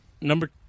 number